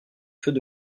feux